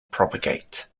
propagate